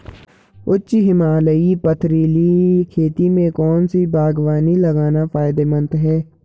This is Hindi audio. उच्च हिमालयी पथरीली खेती में कौन सी बागवानी लगाना फायदेमंद है?